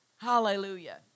Hallelujah